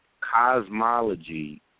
cosmology